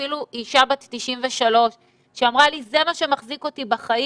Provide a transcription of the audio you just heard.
אפילו אישה בת 93 שאמרה לי: זה מה שמחזיק אותי בחיים,